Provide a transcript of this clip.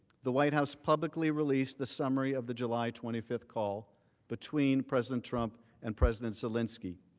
the white house publicly released the summary of the july twenty five call between president trump and president zelensky.